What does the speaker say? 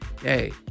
hey